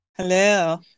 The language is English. Hello